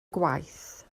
gwaith